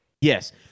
yes